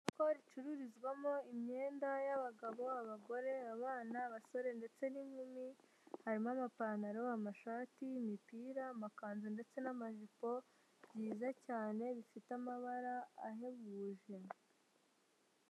Isoko ricururizwamo imyenda y'abagabo, abagore, abana, abasore ndetse n'inkumi, harimo amapantaro, amashati, imipira, amakanzu ndetse n'amajipo byiza cyane bifite amabara ahebuje.